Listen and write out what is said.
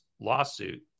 lawsuit